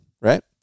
right